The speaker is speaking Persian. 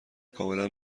کاملا